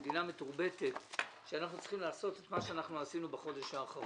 במדינה מתורבתת אנחנו צריכים לעשות את מה שעשינו בחודש האחרון.